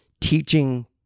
teaching